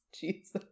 Jesus